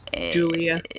Julia